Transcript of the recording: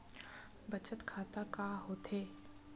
बचत खाता का होथे?